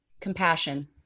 compassion